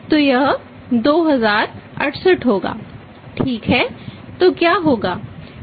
तो यह क्या होगा